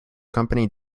company